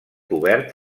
cobert